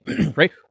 right